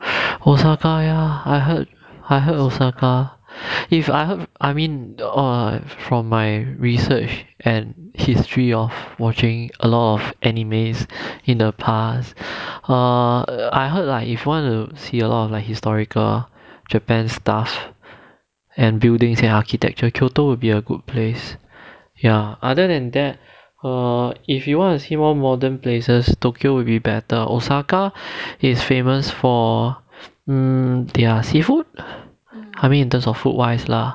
osaka ya I heard I heard osaka if I heard I mean err from my research and history of watching a lot of animes in the past err I heard like if you want to see a lot of like historical japan stuff and buildings and architecture kyoto will be a good place ya other than that err if you want to see more modern places tokyo will be better osaka is famous for hmm their seafood I mean in terms of food wise lah